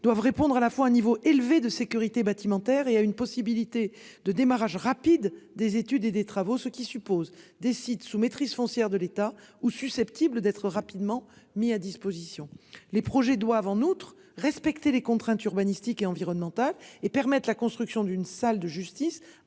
doivent répondre à la fois un niveau élevé de sécurité bâtimentaire et à une possibilité de démarrage rapide des études et des travaux, ce qui suppose des sites sous maîtrise foncière de l'État ou susceptibles d'être rapidement mis à disposition les projets doivent en outre respecter les contraintes urbanistiques et environnementales. Et permettent la construction d'une salle de justice